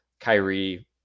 Kyrie